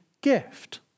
gift